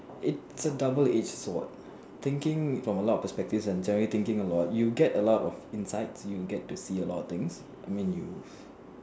it's a double edge sword thinking from a lot of perspective and generally thinking a lot you get a lot of insights you get to see a lot of things I mean you